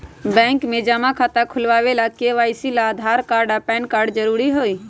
bank में जमा खाता खुलावे ला के.वाइ.सी ला आधार कार्ड आ पैन कार्ड जरूरी हई